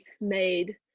made